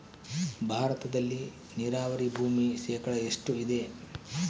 ಭಾರತದಲ್ಲಿ ನೇರಾವರಿ ಭೂಮಿ ಶೇಕಡ ಎಷ್ಟು ಇದೆ?